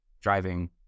driving